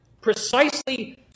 Precisely